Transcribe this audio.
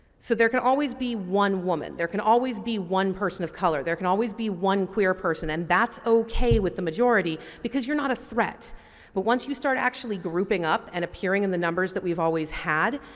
so, there can always be one woman. there can always be one person of color. there can always be one queer person and that's okay with the majority because you're not a threat but once you start actually grouping up and appearing in the numbers that we've always had,